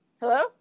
Hello